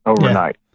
overnight